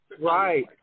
right